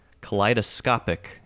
kaleidoscopic